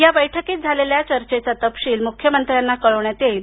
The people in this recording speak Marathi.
या बैठकीत झालेल्या चर्चेचा तपशील मुख्यमंत्र्यांना कळवण्यात येईल